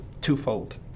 twofold